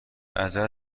ازت